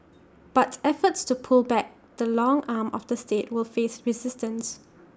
but efforts to pull back the long arm of the state will face resistance